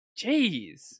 Jeez